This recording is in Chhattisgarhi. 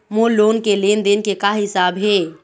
मोर लोन के लेन देन के का हिसाब हे?